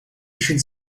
should